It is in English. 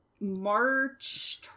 March